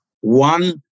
one